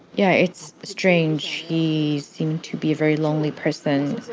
yeah, it's strange. he seemed to be a very lonely person.